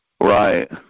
Right